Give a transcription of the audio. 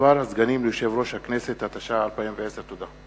(מספר הסגנים ליושב-ראש הכנסת), התש"ע 2010. תודה.